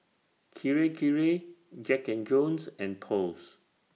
Kirei Kirei Jack and Jones and Post